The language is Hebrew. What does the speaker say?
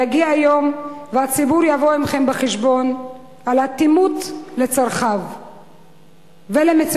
יגיע היום והציבור יבוא עמכם חשבון על אטימות לצרכיו ולמצוקותיו,